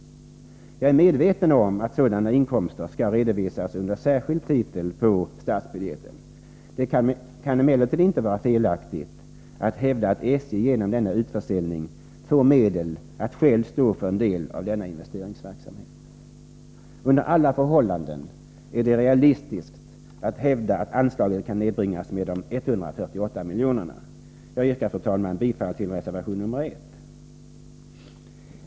Jag är medveten om att sådana inkomster skall redovisas under särskild titel på statsbudgeten. Det kan emellertid inte vara felaktigt att hävda att SJ genom denna utförsäljning får medel att självt stå för en del av denna investeringsverksamhet. Under alla förhållanden är det realistiskt att hävda att anslaget kan nedbringas med de 148 miljonerna. Jag yrkar, fru talman, bifall till reservation 1.